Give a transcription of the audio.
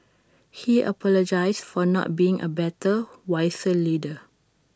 he apologised for not being A better wiser leader